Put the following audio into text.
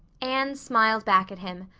anne smiled back at him.